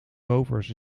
rovers